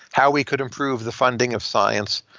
how we could improve the funding of science?